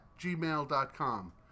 gmail.com